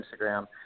instagram